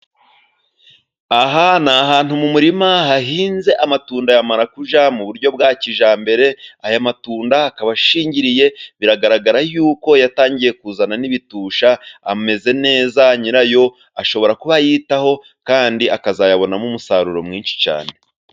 Aha ni ahantu mu murima hahinze amatunda ya marakuja mu buryo bwa kijyambere. Aya matunda akaba ashingiriye biragaragara yuko yatangiye kuzana n'ibitusha ameze neza nyirayo ashobora kuba ayitaho kandi akazayabonamo umusaruro mwinshi cyane.